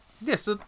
Yes